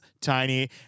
tiny